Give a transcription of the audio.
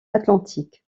atlantique